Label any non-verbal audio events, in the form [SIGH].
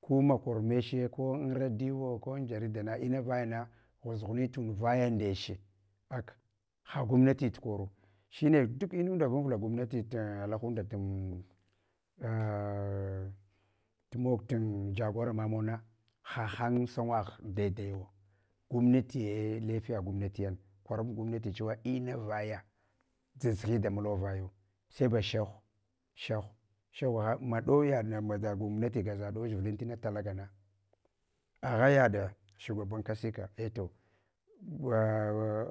Ku makurmeche ko an raɗio ko an jaridana inavuya ghusghuni tand. Vaya nde che aka, ha gwamanti tu koro. Shene duk munda vunvula gamnati tu alahundat [HESITATION] a tumog tun jagora mamana hahang sangwaghdaidayawu, gwamnatiye lafiya gwamnatiya na kwarab gwmnati chewu ina vaya dʒas dʒaghi da mulwa vayau. Sai ba shagh, shagh shagh gaheng, madauyaɗna maʒa gwamnati gaʒa dauch vulantina talagana, agha yaɗa shugaban kasika, ato gwa